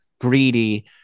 greedy